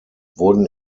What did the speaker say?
wurden